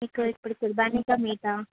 మీకు ఇప్పుడు తినడానికా మీకా